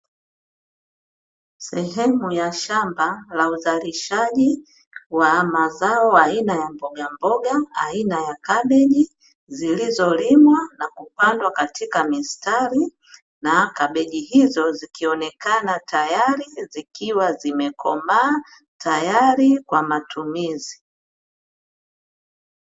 Sehemu ya shamba la uzalishaji wa mazao aina ya mbogamboga aina ya kabeji, zilizolimwa na kupandwa katika mistari, na kabeji hizo zikionekana tayari zikiwa zimekomaa tayari kwa matumizi.